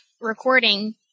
recording